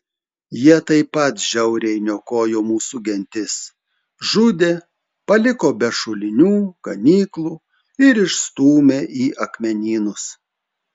jie taip pat žiauriai niokojo mūsų gentis žudė paliko be šulinių ganyklų ir išstūmė į akmenynus